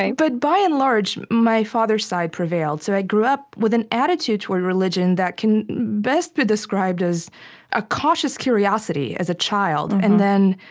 but by and large, my father's side prevailed, so i grew up with an attitude toward religion that can best be described as a cautious curiosity as a child. and then,